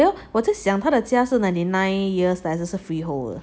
我在想他的家是 ninety nine years the 还是 freehold